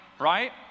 right